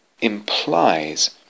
Implies